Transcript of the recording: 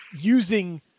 using